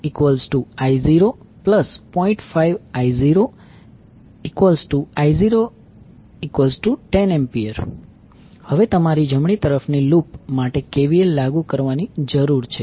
5I0I010A હવે તમારે જમણી તરફની લૂપ માટે KVL લાગુ કરવાની જરૂર છે